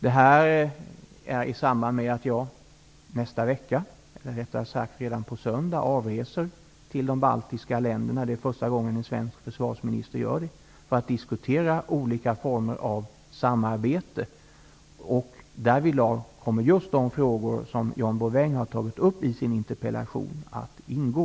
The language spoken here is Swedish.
Det sker i samband med att jag redan nu på söndag avreser till de baltiska länderna -- det är första gången som en svensk försvarsminister gör det -- för att diskutera olika former av samarbete, och därvidlag kommer just de frågor som John Bouvin har tagit upp i sin interpellation att ingå.